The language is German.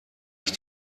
ich